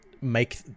make